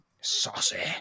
Saucy